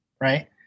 right